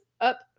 up